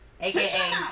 aka